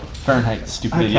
fahrenheit, stupid. yeah